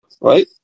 Right